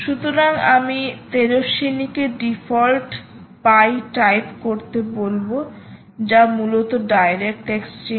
সুতরাং আমি তেজস্বিনীকে ডিফল্টপাই টাইপ করতে বলব যা মূলত ডাইরেক্ট এক্সচেঞ্জ